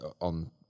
on